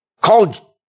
called